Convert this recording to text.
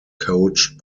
coached